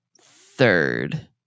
third